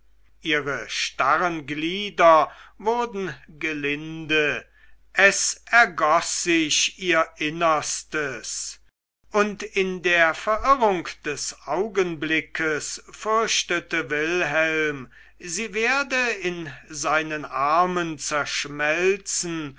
ihre starren glieder wurden gelinde es ergoß sich ihr innerstes und in der verirrung des augenblickes fürchtete wilhelm sie werde in seinen armen zerschmelzen